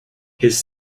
his